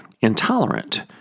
intolerant